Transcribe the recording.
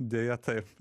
deja taip